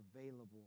available